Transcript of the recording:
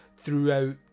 throughout